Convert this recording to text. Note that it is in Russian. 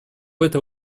этой